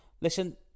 listen